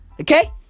Okay